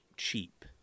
cheap